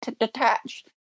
detached